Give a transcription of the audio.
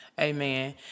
Amen